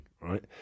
right